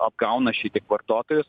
apgauna šitiek vartotojus